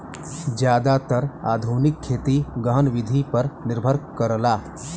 जादातर आधुनिक खेती गहन विधि पर निर्भर करला